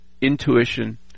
intuition